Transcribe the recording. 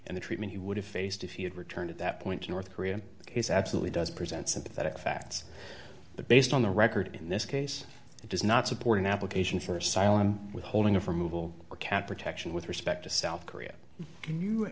and the treatment he would have faced if he had returned at that point to north korea the case absolutely does present sympathetic facts but based on the record in this case it does not support an application for asylum withholding or for movable or cat protection with respect to south korea can you